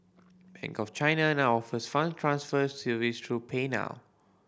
Bank of China now offers fund transfer service through PayNow